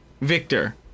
victor